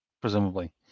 presumably